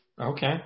Okay